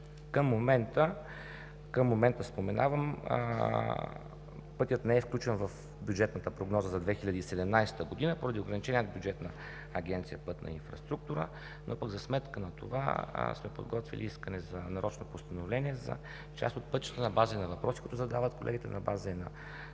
Към момента пътят не е включен в бюджетната прогноза за 2017 г. поради ограничения бюджет на Агенция „Пътна инфраструктура“, но пък за сметка на това сме подготвили искане за нарочно постановление за част от пътищата на база на въпроси, които задават колегите, на база и